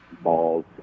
Balls